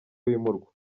bimurwa